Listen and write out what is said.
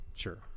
Sure